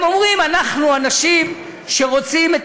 הם אומרים: אנחנו אנשים שרוצים את